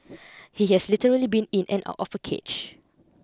he has literally been in and out of a cage